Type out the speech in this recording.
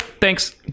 thanks